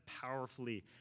powerfully